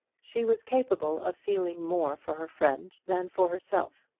she was capable of feeling more for her friend than for herself.